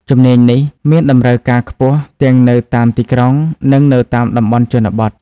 ជំនាញនេះមានតម្រូវការខ្ពស់ទាំងនៅតាមទីក្រុងនិងនៅតាមតំបន់ជនបទ។